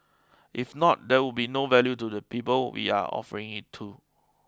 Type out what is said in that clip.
if not there would be no value to the people we are offering it to